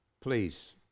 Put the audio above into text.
please